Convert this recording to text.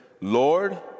Lord